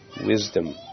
wisdom